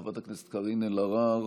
חברת הכנסת קארין אלהרר,